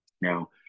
Now